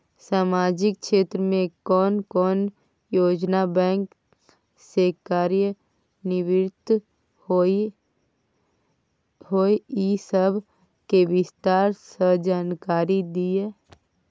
सामाजिक क्षेत्र के कोन कोन योजना बैंक स कार्यान्वित होय इ सब के विस्तार स जानकारी दिय?